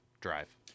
Drive